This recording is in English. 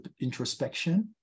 introspection